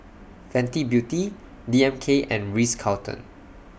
Fenty Beauty D M K and Ritz Carlton